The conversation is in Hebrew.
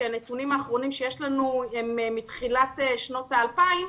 כי הנתונים האחרונים שיש לנו הם מתחילת שנות האלפיים,